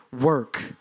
work